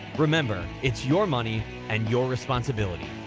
remember, it's your money and your responsibility.